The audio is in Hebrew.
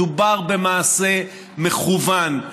מדובר במעשה מכוון,